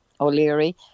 O'Leary